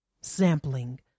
sampling